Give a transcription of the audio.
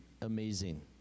amazing